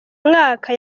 mwaka